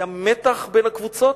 היה מתח בין הקבוצות,